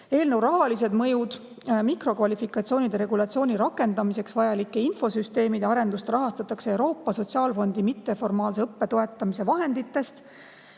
Eelnõu rahaline mõju. Mikrokvalifikatsioonide regulatsiooni rakendamiseks vajalike infosüsteemide arendust rahastatakse Euroopa Sotsiaalfondi mitteformaalse õppe toetamise vahenditest.